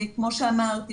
כמו שאמרתי,